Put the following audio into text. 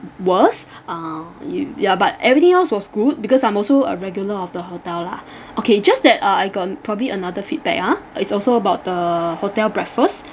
worse uh you ya but everything else was good because I'm also a regular of the hotel lah okay just that uh I got probably another feedback ah it's also about the hotel breakfast